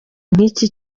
nk’iki